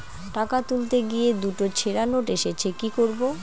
টাকা তুলতে গিয়ে দুটো ছেড়া নোট এসেছে কি করবো?